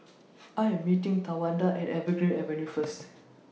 I Am meeting Tawanda At Evergreen Avenue First